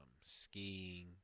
skiing